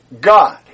God